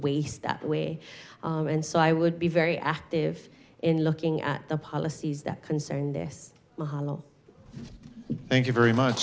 waste that way and so i would be very active in looking at the policies that concern this thank you very much